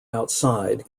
outside